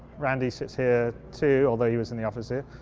randy sits here too although he was in the office here.